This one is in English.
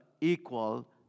equal